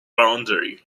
boundary